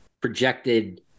projected